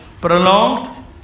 prolonged